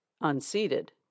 unseated